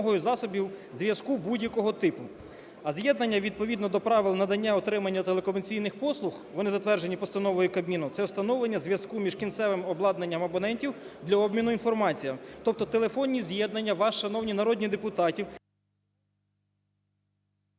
зв'язку будь-якого типу. А з'єднання відповідно до правил надання, отримання телекомунікаційних послуг – вони затверджені постановою Кабміну – це установлення зв'язку між кінцевим обладнанням абонентів для обміну інформації. Тобто телефонні з'єднання вас, шановні народні депутати…